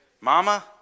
mama